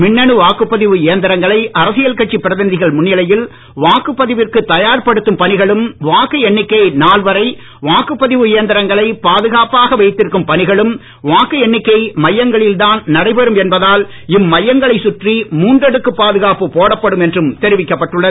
மின்னணு வாக்குப்பதிவு இயந்திரங்களை அரசியல் கட்சிப் பிரதிநிதிகள் முன்னிலையில் வாக்குப்பதிவிற்குத் தயார் படுத்தும் பணிகளும் வாக்கு எண்ணிக்கை நாள் வரை வாக்குப்பதிவு இயந்திரங்களை பாதுகாப்பாக வைத்திருக்கும் பணிகளும் வாக்கு மையங்களில்தான் நடைபெறும் எண்ணிக்கை என்பதால் இம்மையங்களைச் சுற்றி மூன்றடுக்கு பாதுகாப்பு போடப்படும் என்றும் தெரிவிக்கப்பட்டுள்ளது